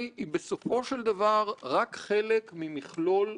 זו ועדה שעסקה בשאלת המגזר הפיננסי אותו